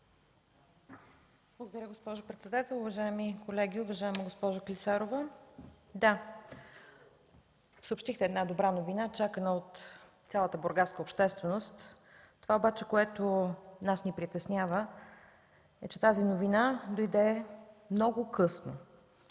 Благодаря, госпожо председател. Уважаеми колеги! Уважаема госпожо Клисарова, да – съобщихте една добра новина, чакана от цялата бургаска общественост. Това обаче, което нас ни притеснява, е, че тази новина дойде много късно.